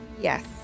yes